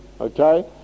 Okay